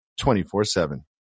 24-7